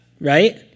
Right